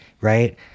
right